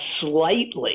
slightly